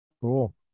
Cool